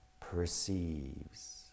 perceives